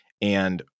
and-